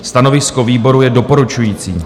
Stanovisko výboru je doporučující.